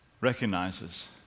recognizes